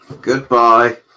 Goodbye